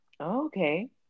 Okay